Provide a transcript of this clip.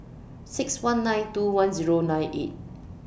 six one nine two one Zero nine eight